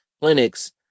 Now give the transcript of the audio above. clinics